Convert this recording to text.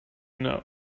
know